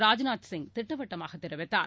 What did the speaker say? ராஜ்நாத் திட்டவட்டமாக தெரிவித்தார்